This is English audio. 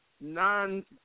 non